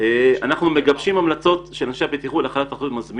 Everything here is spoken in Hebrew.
אנחנו מגבשים המלצות של --- בחקיקה.